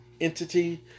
entity